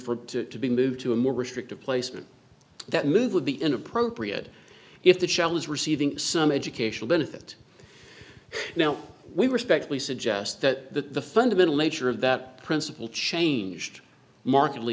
for it to be moved to a more restrictive placement that move would be inappropriate if the child was receiving some educational benefit now we respectfully suggest that the fundamental nature of that principle changed markedly